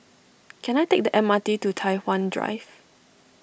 can I take the M R T to Tai Hwan Drive